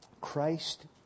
Christ